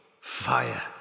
Fire